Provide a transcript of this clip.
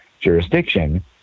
jurisdiction